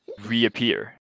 reappear